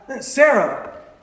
Sarah